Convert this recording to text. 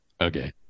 Okay